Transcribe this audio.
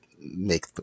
make